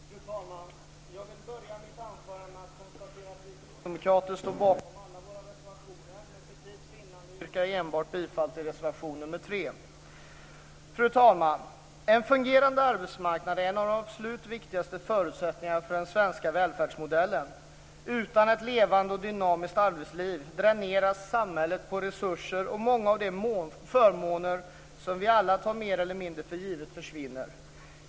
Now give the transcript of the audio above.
Fru talman! Jag vill börja mitt anförande med att konstatera att vi kristdemokrater står bakom alla våra reservationer, men för tids vinnande yrkar jag bifall enbart till reservation 3. Fru talman! En fungerande arbetsmarknad är en av de absolut viktigaste förutsättningarna för den svenska välfärdsmodellen. Utan ett levande och dynamiskt arbetsliv dräneras samhället på resurser, och många av de förmåner som vi alla tar mer eller mindre för givna försvinner.